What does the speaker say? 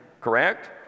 correct